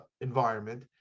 environment